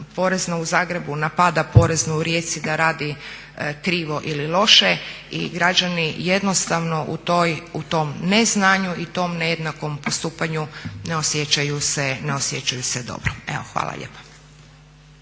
Porezna u Zagrebu napada Poreznu u Rijeci da radi krivo il loše i građani jednostavno u tom neznanju i tom nejednakom postupanju ne osjećaju se, ne osjećaju se